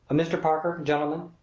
mr. parker gentlemen,